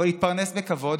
אבל התפרנס בכבוד,